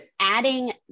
adding